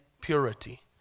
purity